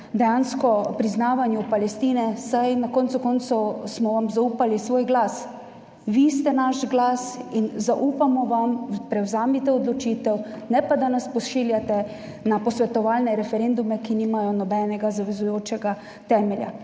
o priznavanju Palestine, saj smo vam konec koncev zaupali svoj glas. Vi ste naš glas in zaupamo vam, prevzemite odločitev, ne pa da nas pošiljate na posvetovalne referendume, ki nimajo nobenega zavezujočega temelja.